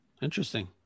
Interesting